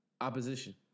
opposition